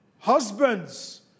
Husbands